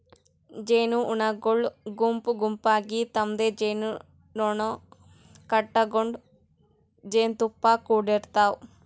ಜೇನಹುಳಗೊಳ್ ಗುಂಪ್ ಗುಂಪಾಗಿ ತಮ್ಮ್ ಜೇನುಗೂಡು ಕಟಗೊಂಡ್ ಜೇನ್ತುಪ್ಪಾ ಕುಡಿಡ್ತಾವ್